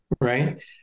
right